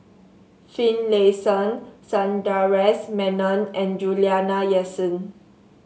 Finlayson Sundaresh Menon and Juliana Yasin